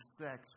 sex